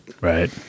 Right